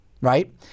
right